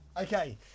okay